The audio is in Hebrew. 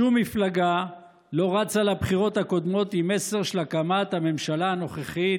שום מפלגה לא רצה לבחירות הקודמות עם מסר של הקמת הממשלה הנוכחית,